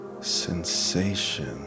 sensation